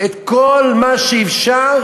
את כל מה שאפשר